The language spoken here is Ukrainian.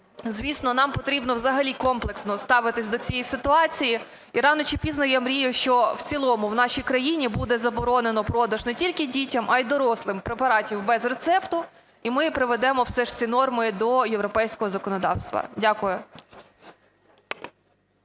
звісно, нам потрібно взагалі комплексно ставитись до цієї ситуації. І рано чи пізно, я мрію, що в цілому в нашій країні буде заборонено продаж не тільки дітям, а й дорослим препаратів без рецепту, і ми приведемо все ж ці норми до європейського законодавства. Дякую.